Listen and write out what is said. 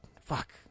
Fuck